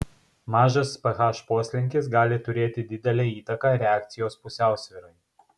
mažas ph poslinkis gali turėti didelę įtaką reakcijos pusiausvyrai